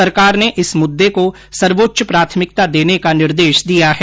सरकार ने इस मुद्दे को सर्वोच्च प्राथमिकता देने का निर्देश दिया है